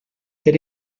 quel